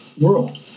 world